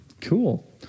Cool